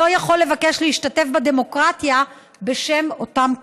לא יכול לבקש להשתתף בדמוקרטיה בשם אותם הכללים".